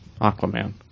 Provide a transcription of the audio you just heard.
Aquaman